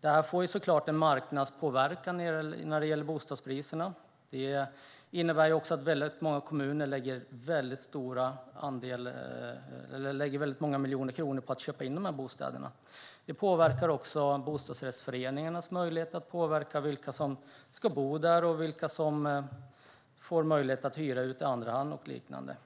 Detta får en marknadspåverkan när det gäller bostadspriserna. Det innebär också att väldigt många kommuner lägger väldigt många miljoner kronor på att köpa in dessa bostäder. Det påverkar också bostadsrättsföreningarnas möjligheter att påverka vilka som ska bo där, vilka som får möjlighet att hyra ut i andra hand och liknande.